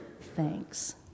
Thanks